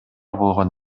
болгон